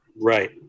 Right